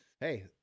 hey